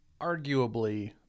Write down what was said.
arguably